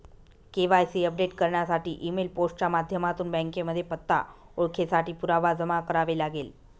KYC update करण्यासाठी email, post च्या माध्यमातून बँकेमध्ये पत्ता, ओळखेसाठी पुरावा जमा करावे लागेल